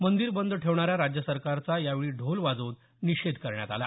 मंदिर बंद ठेवणाऱ्या राज्य सरकारचा यावेळी ढोल वाजवून निषेध करण्यात आला